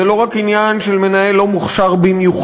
זה לא רק עניין של מנהל לא מוכשר במיוחד,